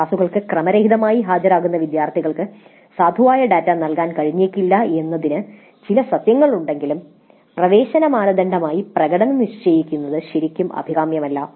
ക്ലാസുകൾക്ക് ക്രമരഹിതമായി ഹാജരാകുന്ന വിദ്യാർത്ഥികൾക്ക് സാധുവായ ഡാറ്റ നൽകാൻ കഴിഞ്ഞേക്കില്ല എന്നതിന് ചില സത്യങ്ങളുണ്ടെങ്കിലും പ്രവേശന മാനദണ്ഡമായി പ്രകടനം നിശ്ചയിക്കുന്നത് ശരിക്കും അഭികാമ്യമല്ല